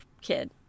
kid